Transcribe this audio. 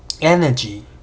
energy